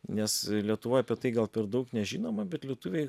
nes lietuvoj apie tai gal per daug nežinoma bet lietuviai